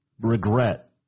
regret